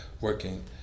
working